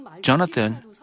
Jonathan